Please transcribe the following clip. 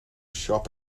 shop